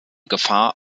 gefahr